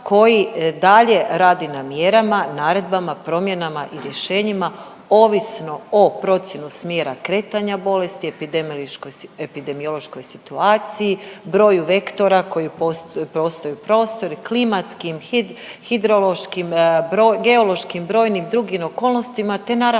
koji dalje radi na mjerama, naredbama, promjenama i rješenjima, ovisno o procijeni smjera kretanja bolesti, epidemiološkoj situaciji, broju vektora koji postaju prostor i klimatskim, hidrološkim, geološkim brojnim drugim okolnostima te naravno